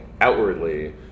outwardly